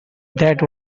that